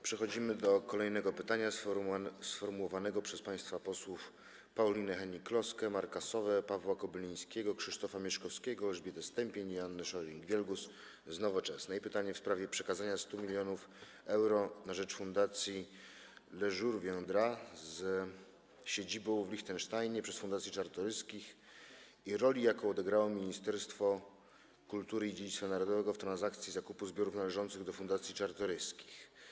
Przechodzimy do kolejnego pytania, sformułowanego przez państwa posłów Paulinę Hennig-Kloskę, Marka Sowę, Pawła Kobylińskiego, Krzysztofa Mieszkowskiego, Elżbietę Stępień i Joannę Scheuring-Wielgus z Nowoczesnej, w sprawie przekazania 100 mln euro na rzecz Fundacji Le Jour Viendera z siedzibą w Liechtensteinie przez fundację Czartoryskich i roli, jaką odegrało Ministerstwo Kultury i Dziedzictwa Narodowego w transakcji zakupu zbiorów należących do fundacji Czartoryskich.